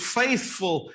faithful